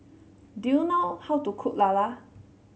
do you know how to cook Lala